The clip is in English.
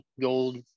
gold